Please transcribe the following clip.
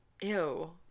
Ew